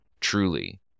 truly